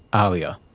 ahlia.